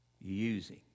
using